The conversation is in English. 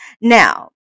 Now